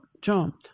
jump